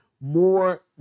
more